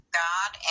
god